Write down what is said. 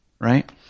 Right